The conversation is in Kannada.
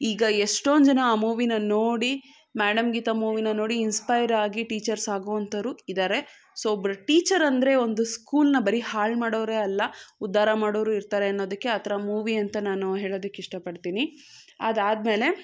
ಈಗ ಎಷ್ಟೊಂದು ಜನ ಆ ಮೂವಿನ ನೋಡಿ ಮ್ಯಾಡಮ್ ಗೀತಾ ಮೂವಿನ ನೋಡಿ ಇನ್ಸ್ಪೈರ್ ಆಗಿ ಟೀಚರ್ಸ್ ಆಗುವಂತವ್ರು ಇದ್ದಾರೆ ಸೊ ಒಬ್ರು ಟೀಚರ್ ಅಂದರೆ ಒಂದು ಸ್ಕೂಲನ್ನ ಬರೀ ಹಾಳು ಮಾಡೋರೆ ಅಲ್ಲ ಉದ್ಧಾರ ಮಾಡೋರೂ ಇರ್ತಾರೆ ಅನ್ನೋದಕ್ಕೆ ಆ ಥರ ಮೂವಿ ಅಂತ ನಾನು ಹೇಳೊದಿಕ್ಕೆ ಇಷ್ಟಪಡ್ತೀನಿ ಅದಾದ್ಮೇಲೆ